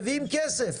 מביאים כסף,